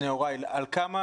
על כמה